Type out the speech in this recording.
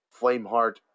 Flameheart